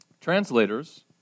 Translators